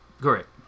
Correct